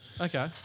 Okay